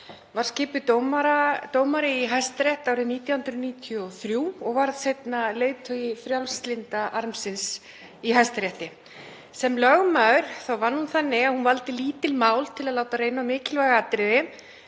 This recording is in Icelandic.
var skipuð dómari í Hæstarétti árið 1993 og varð seinna leiðtogi frjálslynda armsins í Hæstarétti. Sem lögmaður vann hún þannig að hún valdi lítil mál til að láta reyna á mikilvæg atriði